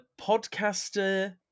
podcaster